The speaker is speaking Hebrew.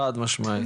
חד משמעית.